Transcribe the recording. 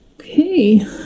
Okay